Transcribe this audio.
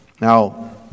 Now